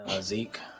Zeke